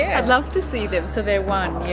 i'd love to see them, so they're one yeah?